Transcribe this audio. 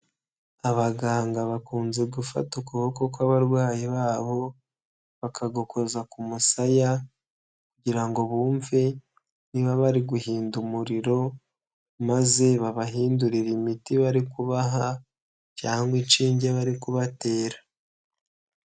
Abaganga bakunze gufata ukuboko kw'abarwayi babo, bakagukoza ku musaya kugira ngo bumve ni ba bari guhinda umuriro; maze babahindurire imiti bari kubaha cyangwa inshinge bari kubatera.